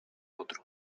otro